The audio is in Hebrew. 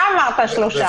אתה אמרת שלושה.